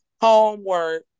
homework